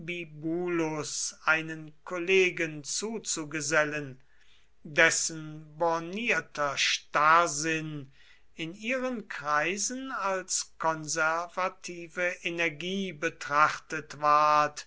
einen kollegen zuzugesellen dessen bornierter starrsinn in ihren kreisen als konservative energie betrachtet ward